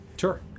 Sure